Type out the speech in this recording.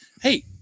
hey